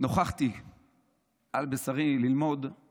נוכחתי לגלות על בשרי וללמוד על